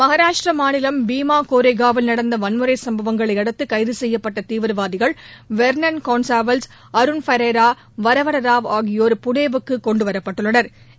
மகாராஷ்டிரா மாநிலம் பீமாகோரேகானில் நடந்த வன்முறை சம்பவங்களை அடுத்து கைது செய்யப்பட்ட தீவிரவாதிகள் வொ்ளன் கொன்சாவல்ஸ் அருண் ஃபெரைரா வரவரராவ் ஆகியோா் புனேக்கு கொண்டுவரப்பட்டுள்ளனா்